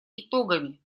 итогами